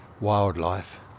wildlife